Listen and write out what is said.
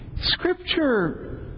scripture